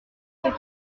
ceux